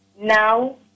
Now